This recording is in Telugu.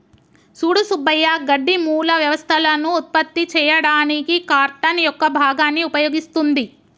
సూడు సుబ్బయ్య గడ్డి మూల వ్యవస్థలను ఉత్పత్తి చేయడానికి కార్టన్ యొక్క భాగాన్ని ఉపయోగిస్తుంది